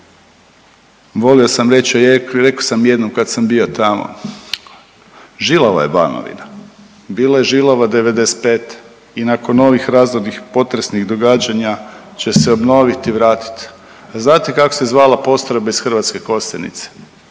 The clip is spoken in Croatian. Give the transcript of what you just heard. volio sam reći, a rekao sam jednom kad sam bio tamo, žilava je Banovina, bila je žilava '95. i nakon ovih razornih potresnih događanja će se obnoviti i vrati. A znate kako se zvala postrojbe iz Hrvatske Kostajnice?